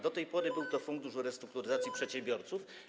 Do tej pory był to Fundusz Restrukturyzacji Przedsiębiorców.